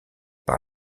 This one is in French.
par